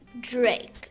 Drake